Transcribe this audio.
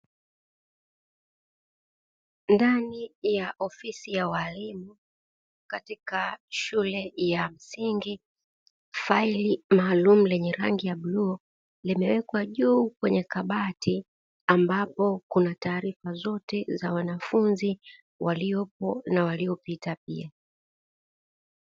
Ndani ya ofisi ya walimu katika shule ya msingi, faili maalum lenye rangi ya blue limewekwa juu kwenye kabati, ambapo kuna taarifa zote za wanafunzi waliopo na waliopita pia.